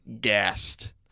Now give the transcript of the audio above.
gassed